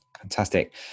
Fantastic